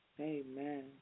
Amen